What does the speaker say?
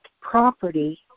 property